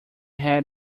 had